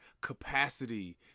capacity